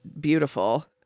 beautiful